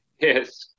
Yes